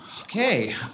Okay